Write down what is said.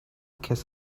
kiss